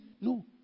No